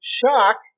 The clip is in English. shock